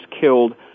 killed